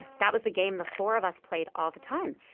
that was the game the four of us played all the time.